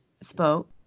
spoke